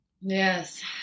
Yes